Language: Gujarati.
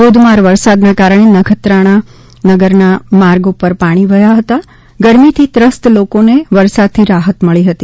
ધોધમાર વરસાદના કારણે નખત્રાણા નગરના માર્ગો પર પાણી વહી નિકળવા સાથે ગરમીથી ત્રસ્ત લોકોને અા વરસાદથી રાહત મળી હતી